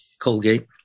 Colgate